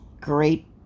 Great